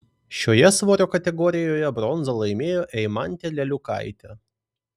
šioje svorio kategorijoje bronzą laimėjo eimantė leliukaitė